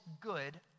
good